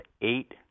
eight